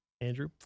Andrew